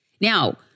Now